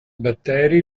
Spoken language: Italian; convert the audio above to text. batteri